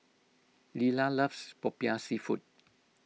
Lelah loves Popiah Seafood